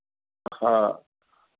हाँ